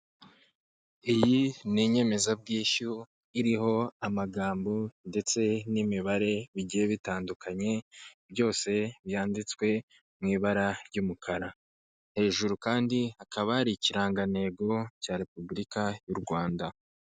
Iyi ni inyemezabwishyu iriho amagambo ndetse n'imibare bigiye bitandukanye byose byanditswe mu ibara ry'umukara, hejuru kandi hakaba hari ikirangantego cya repuburika y'u Rwanda.